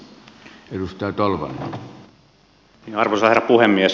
arvoisa herra puhemies